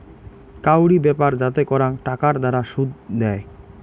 কাউরি ব্যাপার যাতে করাং টাকার দ্বারা শুধ দেয়